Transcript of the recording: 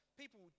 people